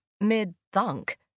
mid-thunk